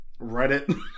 Reddit